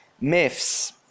Myths